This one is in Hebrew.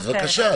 אז בבקשה,